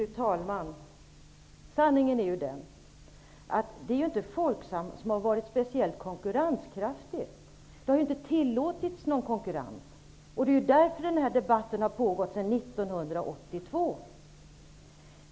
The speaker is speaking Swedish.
Fru talman! Sanningen är ju den att det inte är så att Folksam har varit speciellt konkurrenskraftigt. Det har inte tillåtits någon konkurrens. Det är därför denna debatt har pågått sedan 1982.